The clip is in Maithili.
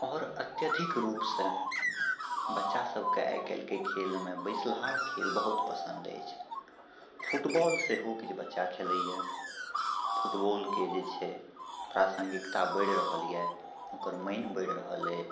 आओर अत्यधिक रूपसँ बच्चा सभके आइ कल्हिके खेलमऽ बैसलाहा खेल बहुत पसन्द अछि फुटबॉल सेहो किछु बच्चा खेलयए फुटबॉलके जे छै प्रासङ्गिकता बढ़ि रहलए ओकर मानि बढ़ि रहलए